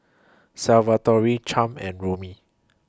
Salvatore Champ and Romie